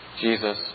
Jesus